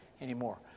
anymore